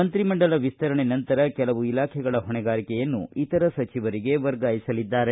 ಮಂತ್ರಿಮಂಡಲ ವಿಸ್ತರಣೆ ನಂತರ ಕೆಲವು ಇಲಾಖೆಗಳ ಹೊಣೆಗಾರಿಕೆಯನ್ನು ಇತರ ಸಚಿವರಿಗೆ ವರ್ಗಾಯಿಸಲಿದ್ದಾರೆ